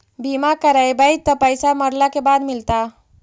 बिमा करैबैय त पैसा मरला के बाद मिलता?